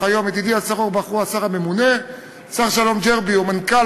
שידידי השר אורבך הוא היום השר הממונה ושר-שלום ג'רבי הוא המנכ"ל,